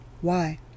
Why